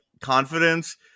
confidence